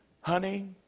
Honey